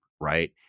right